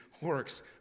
works